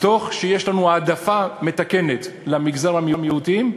ויש לנו כאן העדפה מתקנת למגזר המיעוטים,